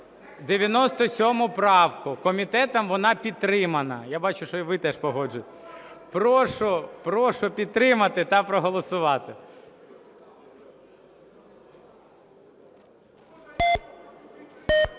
97 правку. Комітетом вона підтримана. (Шум у залі) Я бачу, що і ви теж погоджуєтесь. Прошу підтримати та проголосувати.